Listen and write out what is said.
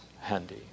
handy